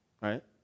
right